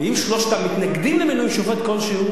אם שלושתם מתנגדים למינוי שופט כלשהו,